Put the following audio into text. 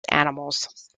animals